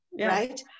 right